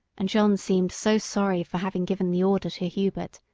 and john seemed so sorry for having given the order to hubert,